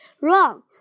run